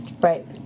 Right